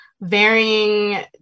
varying